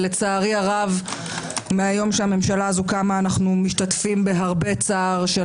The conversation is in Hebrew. לצערי הרב מהיום שהממשלה הזו קמה אנו משתתפים בהרבה צער של